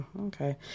okay